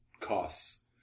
costs